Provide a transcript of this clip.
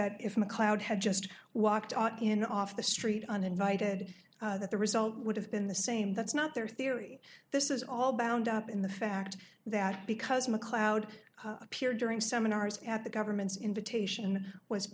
that if macleod had just walked in off the street uninvited that the result would have been the same that's not their theory this is all bound up in the fact that because macleod appeared during seminars at the government's invitation was